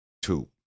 Two